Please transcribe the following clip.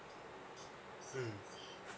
mm